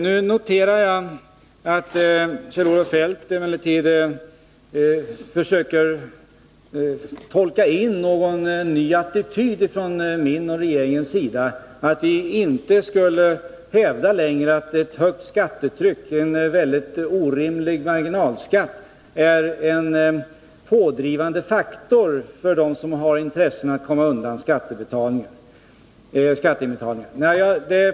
Jag noterar att Kjell-Olof Feldt emellertid försöker tolka in någon ny attityd från min och regeringens sida — att vi inte längre skulle hävda att ett högt skattetryck och orimliga marginalskatter är en pådrivande faktor för dem som har intresse av att komma undan skatteinbetalningar.